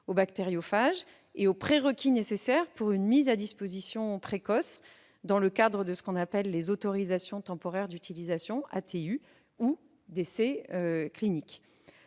aux bactériophages et aux prérequis nécessaires pour une mise à disposition précoce dans le cadre d'autorisations temporaires d'utilisation, les ATU, ou d'essais cliniques.